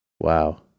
wow